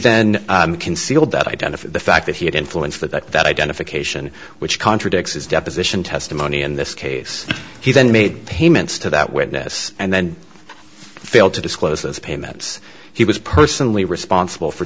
then concealed that identify the fact that he had influence that that identification which contradicts his deposition testimony in this case he then made payments to that witness and then failed to disclose those payments he was personally responsible for